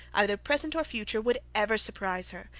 either present or future, would ever surprise her,